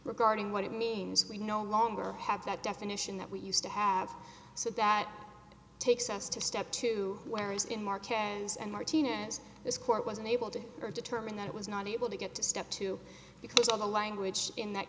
regarding what it means we no longer have that definition that we used to have so that takes us to step two where is in mark cans and martinez this court was unable to determine that it was not able to get to step two because of the language in that